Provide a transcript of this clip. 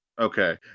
Okay